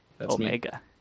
Omega